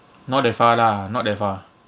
not that far lah not that far